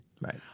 Right